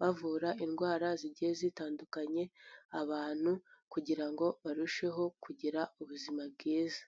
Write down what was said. bavura indwara zigiye zitandukanye, abantu kugira ngo barusheho kugira ubuzima bwiza.